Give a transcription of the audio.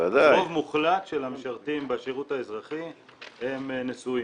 רוב מוחלט של המשרתים בשירות האזרחי הם נשואים,